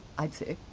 i'd say.